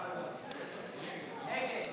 קבוצת סיעת יש עתיד,